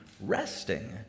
resting